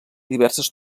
diverses